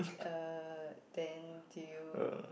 uh then do you